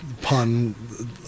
Pun